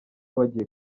wagiye